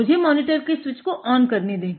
तो मुझे मॉनिटर को स्विच ऑन करने दे